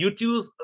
YouTube